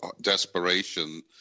desperation